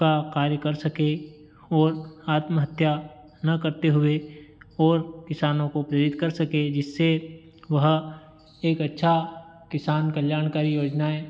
का कार्य कर सके और आत्महत्या ना करते हुए और किसानों को प्रेरित कर सकें जिससे वह एक अच्छा किसान कल्याणकारी योजनाएँ